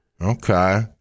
Okay